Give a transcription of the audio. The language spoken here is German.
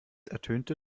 ertönte